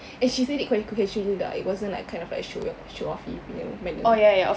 and she said it okay okay she did lah it wasn't kinda like show off show offy punya manner